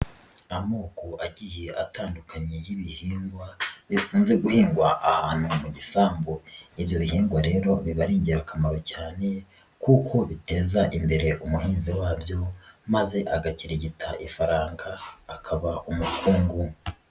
Amoko agiye atandukanye y'ibihingwa bikunze guhingwa ahantu mu gisambu, ibyo bihingwa rero biba ari ingirakamaro cyane kuko biteza imbere umuhinzi wabyo, maze agakirigita ifaranga akaba umukungu.